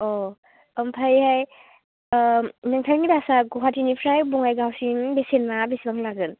ओमफ्रायहाय नोंथांनि बासआ गुवाहाटिनिफ्राय बङाइगावसिम बेसेनआ बिसिबां लागोन